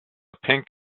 pink